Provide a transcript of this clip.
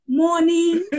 morning